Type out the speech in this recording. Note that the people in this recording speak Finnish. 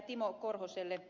timo korhoselle